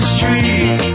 Street